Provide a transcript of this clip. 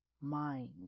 Mind